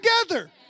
together